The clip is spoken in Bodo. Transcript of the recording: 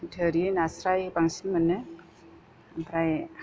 थोरि नास्राय बांसिन मोनो ओमफ्राय